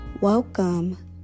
welcome